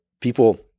People